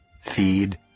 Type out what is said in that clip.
Feed